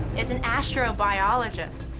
it's an astrobiologist.